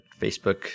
Facebook